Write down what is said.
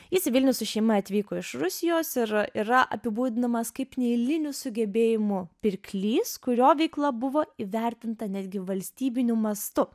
jis į vilnių su šeima atvyko iš rusijos ir yra apibūdinamas kaip neeilinių sugebėjimų pirklys kurio veikla buvo įvertinta netgi valstybiniu mastu